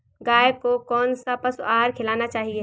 गाय को कौन सा पशु आहार खिलाना चाहिए?